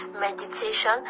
meditation